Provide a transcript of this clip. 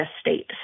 state